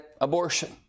abortion